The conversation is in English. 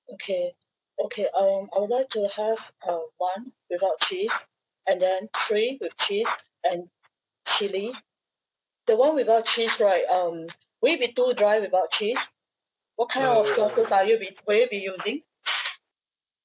okay okay um I would like to have uh one without cheese and then three with cheese and chili the one without cheese right um will it be too dry without cheese what kind of sauces are you be will you be using